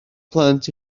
plant